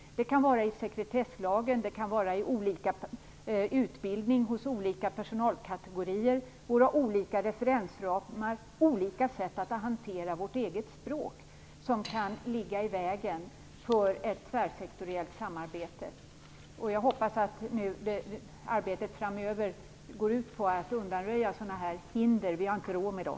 Det kan vara sekretesslagen, olika utbildning hos olika personalkategorier, våra olika referensramar eller sätt att hantera vårt eget språk som kan ligga i vägen för ett tvärsektoriellt samarbete. Jag hoppas att arbetet framöver går ut på att undanröja sådana hinder. Vi har inte råd med dem.